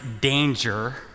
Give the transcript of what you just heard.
danger